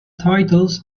titles